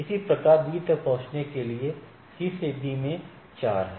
इसी प्रकार B तक पहुँचने के लिए C से B में प्रवेश 4 है